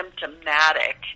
symptomatic